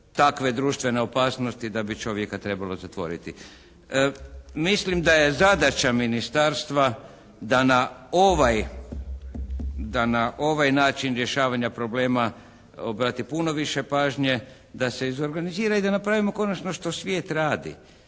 takve društvene opasnosti da bi čovjeka trebalo zatvoriti. Mislim da je zadaća ministarstva da na ovaj, da na ovaj način rješavanja problema obrati puno više pažnje da se izorganizira i da napravimo konačno što svijet radi.